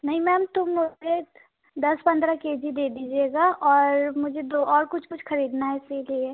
नहीं मैम तो मुझे दस पन्द्रह के जी दे दीजिएगा और मुझे दो और कुछ कुछ खरीदना है इसीलिए